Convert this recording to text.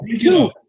two